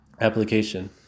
Application